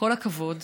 כל הכבוד.